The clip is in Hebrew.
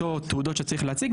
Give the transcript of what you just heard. אותן תעודות שצריך להציג,